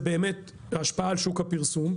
ההשפעה על שוק הפרסום.